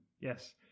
Yes